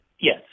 Yes